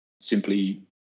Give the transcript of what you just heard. simply